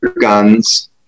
guns